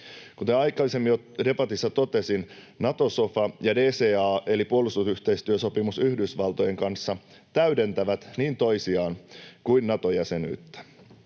Kuten aikaisemmin jo debatissa totesin, Nato-sofa ja DCA- eli puolustusyhteistyösopimus Yhdysvaltojen kanssa täydentävät niin toisiaan kuin Nato-jäsenyyttä.